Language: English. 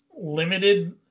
limited